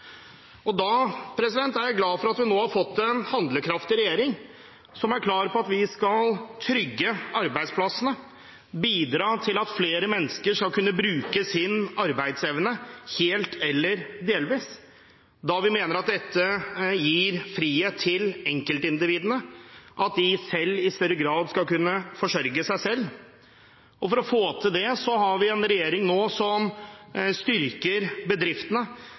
og fornyelsen. Jeg er glad for at vi nå har fått en handlekraftig regjering, som er klar på at vi skal trygge arbeidsplassene og bidra til at flere mennesker skal kunne bruke sin arbeidsevne helt eller delvis. Vi mener at dette gir enkeltindividene frihet, slik at de i større grad skal kunne forsørge seg selv. For å få til det har vi nå en regjering som styrker bedriftene